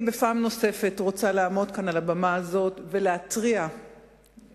נוספת אני רוצה לעמוד כאן על הבמה הזאת ולהתריע ולהזהיר